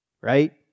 right